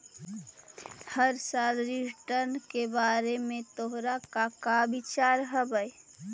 हर साल रिटर्न के बारे में तोहर का विचार हवऽ?